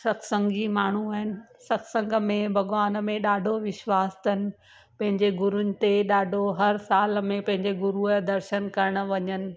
सतसंगी माण्हू आहिनि सतसंग में भॻवान में ॾाढो विश्वासु अथनि पंहिंजे गुरूनि ते ॾाढो हर साल में पंहिंजे गुरूअ जा दर्शन करणु वञनि